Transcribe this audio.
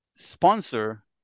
sponsor